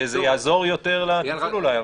זה יעזור יותר לתפעול אולי.